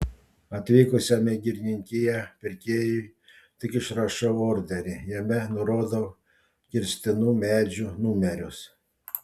atvykusiam į girininkiją pirkėjui tik išrašau orderį jame nurodau kirstinų medžių numerius